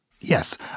Yes